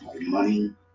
Money